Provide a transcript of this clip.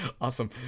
Awesome